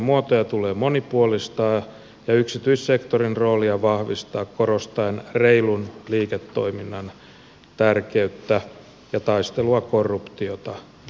yhteistyömuotoja tulee monipuolistaa ja yksityissektorin roolia vahvistaa korostaen reilun liiketoiminnan tärkeyttä ja taistelua korruptiota vastaan